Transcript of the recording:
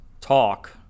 talk